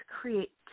create